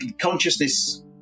consciousness